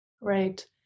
Right